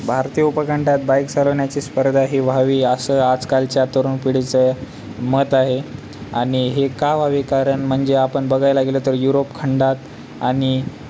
भारतीय उपखंडात बाईक चालवण्याची स्पर्धा ही व्हावी असं आजकालच्या तरुण पिढीचे मत आहे आणि हे का व्हावे कारण म्हणजे आपण बघायला गेलो तर युरोप खंडात आणि